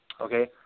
okay